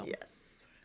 Yes